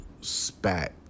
spat